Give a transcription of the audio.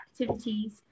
activities